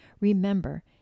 remember